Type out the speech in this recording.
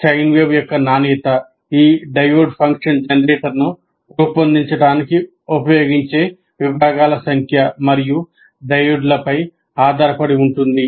sign wave యొక్క నాణ్యత ఈ డయోడ్ ఫంక్షన్ జెనరేటర్ను రూపొందించడానికి ఉపయోగించే విభాగాల సంఖ్య మరియు డయోడ్లపై ఆధారపడి ఉంటుంది